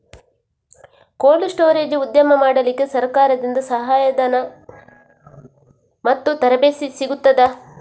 Cold storage ಉದ್ಯಮ ಮಾಡಲಿಕ್ಕೆ ಸರಕಾರದಿಂದ ಸಹಾಯ ಧನ ಮತ್ತು ತರಬೇತಿ ಸಿಗುತ್ತದಾ?